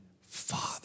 father